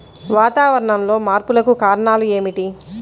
వాతావరణంలో మార్పులకు కారణాలు ఏమిటి?